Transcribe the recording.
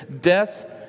Death